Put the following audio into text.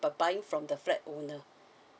but buying from the flat owner